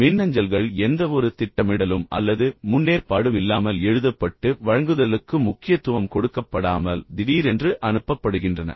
மின்னஞ்சல்கள் எந்தவொரு திட்டமிடலும் அல்லது முன்னேற்பாடும் இல்லாமல் எழுதப்பட்டு வழங்குதலுக்கு முக்கியத்துவம் கொடுக்கப்படாமல் திடீரென்று அனுப்பப்படுகின்றன